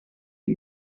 het